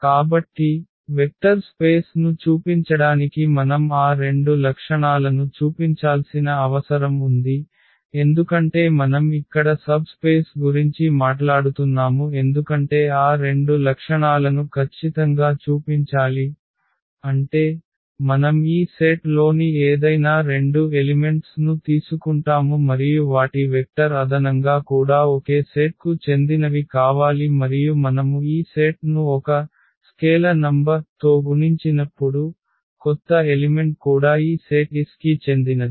కాబట్టి vector space ను చూపించడానికి మనం ఆ రెండు లక్షణాలను చూపించాల్సిన అవసరం ఉంది ఎందుకంటే మనం ఇక్కడ సబ్ స్పేస్ గురించి మాట్లాడుతున్నాము ఎందుకంటే ఆ రెండు లక్షణాలను కచ్చితంగా చూపించాలి అంటే మనం ఈ సెట్ లోని ఏదైనా రెండు ఎలిమెంట్స్ ను తీసుకుంటాము మరియు వాటి వెక్టర్ అదనంగా కూడా ఒకే సెట్ కు చెందినవి కావాలి మరియు మనము ఈ సెట్ను ఒక స్కేలార్ సంఖ్య తో గుణించినప్పుడు కొత్త ఎలిమెంట్ కూడా ఈ సెట్ S కి చెందినది